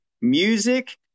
music